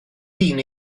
dyn